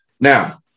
Now